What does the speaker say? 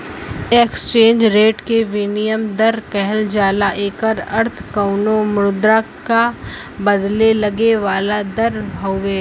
exchange rate के विनिमय दर कहल जाला एकर अर्थ कउनो मुद्रा क बदले में लगे वाला दर हउवे